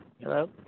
Hello